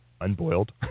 unboiled